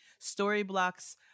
storyblocks